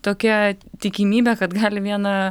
tokia tikimybė kad gali vieną